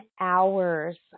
hours